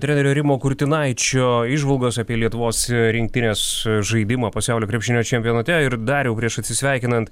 trenerio rimo kurtinaičio įžvalgos apie lietuvos rinktinės žaidimą pasaulio krepšinio čempionate ir dariau prieš atsisveikinant